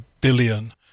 billion